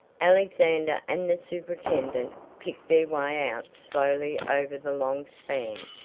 alexander and the superintendent picked their way out slowly over the long span.